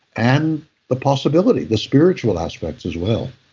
and the possibility, the spiritual aspects as well